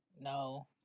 No